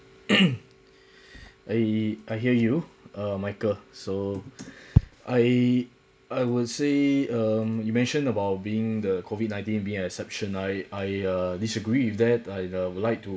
I I hear you uh michael so I I would say um you mentioned about being the COVID nineteen being an exception I I err disagree with that I uh would like to